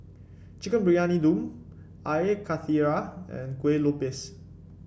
Chicken Briyani Dum Air Karthira and Kuih Lopes